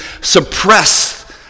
suppress